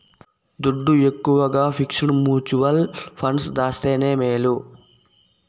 దుడ్డు ఎక్కవగా fixed mutual funds దాస్తేనే మేలు